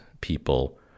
people